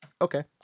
Okay